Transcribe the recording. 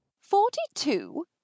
Forty-two